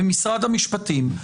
במשרד המשפטים,